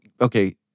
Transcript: okay